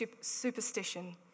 superstition